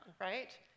right